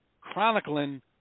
chronicling